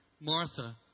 Martha